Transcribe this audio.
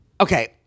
Okay